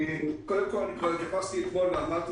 קודם כל, אני כבר התייחסתי אתמול ואמרתי